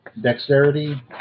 dexterity